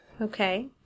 Okay